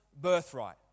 birthright